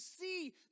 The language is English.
see